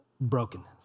brokenness